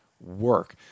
work